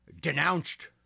denounced